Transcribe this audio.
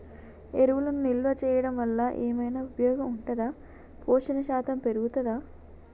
ఎరువులను నిల్వ చేయడం వల్ల ఏమైనా ఉపయోగం ఉంటుందా పోషణ శాతం పెరుగుతదా?